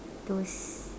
those